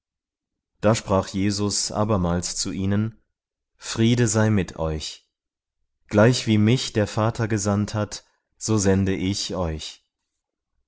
da sprach jesus abermals zu ihnen friede sei mit euch gleichwie mich der vater gesandt hat so sende ich euch